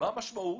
מה המשמעות?